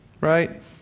right